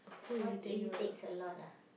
what irritates a lot ah